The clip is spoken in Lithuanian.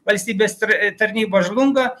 valstybės tra tarnyba žlunga